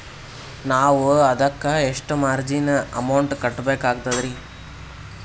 ನಾವು ಅದಕ್ಕ ಎಷ್ಟ ಮಾರ್ಜಿನ ಅಮೌಂಟ್ ಕಟ್ಟಬಕಾಗ್ತದ್ರಿ?